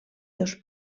dos